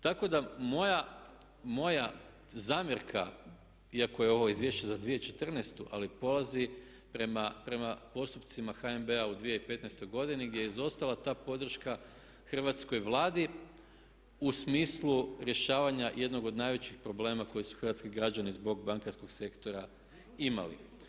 Tako da moja zamjerka iako je ovo izvješće za 2014. ali polazi prema postupcima HNB-a u 2015. godini gdje je izostala ta podrška hrvatskoj Vladi u smislu rješavanja jednog od najvećih problema koje su hrvatski građani zbog bankarskog sektora imali.